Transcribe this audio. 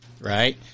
Right